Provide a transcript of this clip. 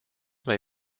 may